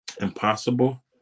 impossible